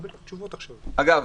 אגב,